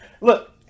look